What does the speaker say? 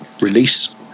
release